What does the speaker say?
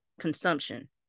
consumption